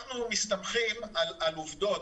אנחנו מסתמכים על עובדות,